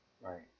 Right